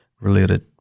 related